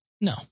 No